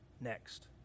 next